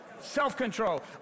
Self-control